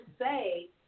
say